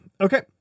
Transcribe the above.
Okay